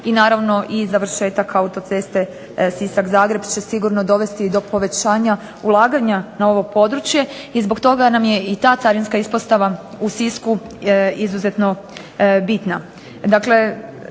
I naravno i završetak autoceste Sisak-Zagreb će sigurno dovesti do povećanja ulaganja na ovo područje i zbog toga nam je i ta Carinska ispostava u Sisku izuzetno bitna.